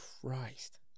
Christ